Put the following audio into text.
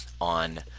on